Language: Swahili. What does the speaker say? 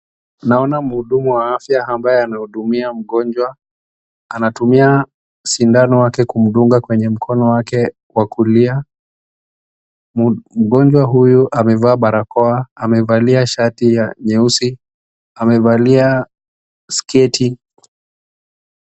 Naona mhudumu wa afya ambaye anahudumia mgonjwa. Anatumia sindano yake kumdunga kwenye mkono wake wa kulia. Mgonjwa huyu amevaa barakoa, amevalia shati ya nyeusi, amevalia sketi.